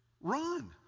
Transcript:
Run